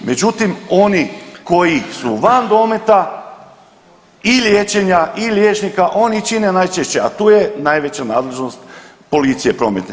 Međutim, oni koji su van dometa i liječenja i liječnika oni čine najčešće, a tu je najveća nadležnost policije prometne.